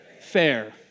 fair